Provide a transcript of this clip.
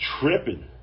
tripping